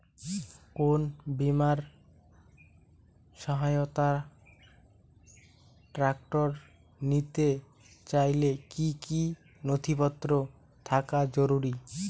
কোন বিমার সহায়তায় ট্রাক্টর নিতে চাইলে কী কী নথিপত্র থাকা জরুরি?